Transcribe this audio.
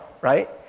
right